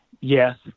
Yes